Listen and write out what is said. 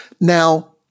Now